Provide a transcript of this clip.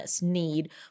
need